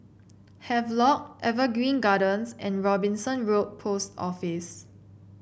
Havelock Evergreen Gardens and Robinson Road Post Office